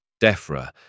DEFRA